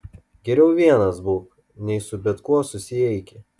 geriau vienas būk nei su bet kuo susieiki